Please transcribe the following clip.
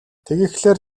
тэгэхлээр